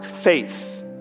faith